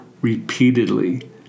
repeatedly